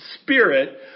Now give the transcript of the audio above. spirit